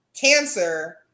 cancer